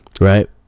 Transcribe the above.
right